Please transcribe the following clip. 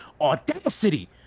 audacity